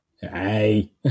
Hey